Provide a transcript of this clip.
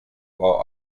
while